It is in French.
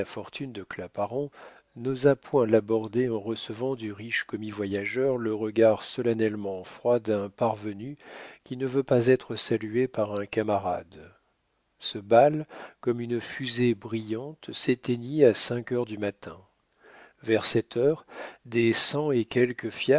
fortune de claparon n'osa point l'aborder en recevant du riche commis-voyageur le regard solennellement froid d'un parvenu qui ne veut pas être salué par un camarade ce bal comme une fusée brillante s'éteignit à cinq heures du matin vers cette heure des cent et